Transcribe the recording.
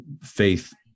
faith